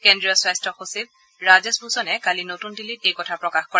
কেন্দ্ৰীয় স্বাস্থ্য সচিব ৰাজেশ ভূষণে কালি নতুন দিল্লীত এই কথা প্ৰকাশ কৰে